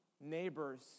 neighbors